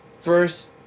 first